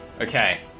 Okay